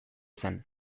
zen